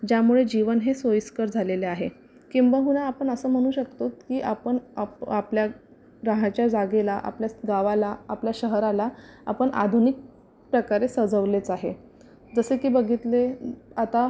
ज्यामुळे जीवन हे सोईस्कर झालेले आहे किंबहुना आपण असं म्हणू शकतो की आपण आप आपल्या राहायच्या जागेला आपल्या गावाला आपल्या शहराला आपण आधुनिक प्रकारे सजवलेच आहे जसं की बघितले आता